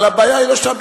אבל הבעיה היא לא שם.